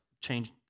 change